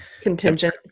Contingent